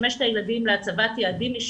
משרד הרווחה עובד מאוד מאוד באינטנסיביות